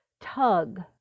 tug